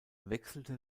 wechselte